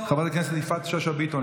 חברת הכנסת יפעת שאשא ביטון,